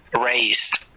raised